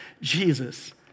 Jesus